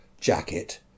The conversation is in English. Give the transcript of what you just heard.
jacket